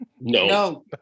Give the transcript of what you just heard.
no